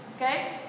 Okay